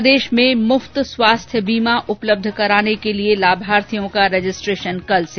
प्रदेश में मुफ्त स्वास्थ्य बीमा उपलब्ध कराने के लिये लाभार्थियों का रजिस्ट्रेशन कल से